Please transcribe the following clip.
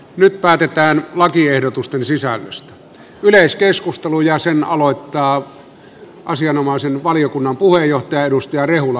nyt päätetään lakiehdotusten sisällöstä yleiskeskustelu ja sen aloittaa asianomaisen valiokunnan puheenjohtaja edustaja rehula